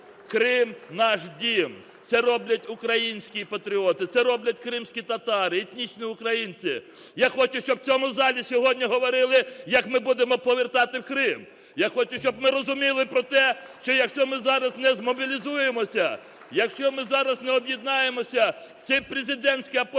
Крим – наш дім". Це роблять українські патріоти, це роблять кримські татари, етнічні українці. Я хочу, щоб в цьому залі сьогодні говорили, як ми будемо повертати Крим. Я хочу, щоб ми розуміли про те, що якщо ми зараз не змобілізуємося, якщо ми зараз не об'єднаємося в ці президентські, а потім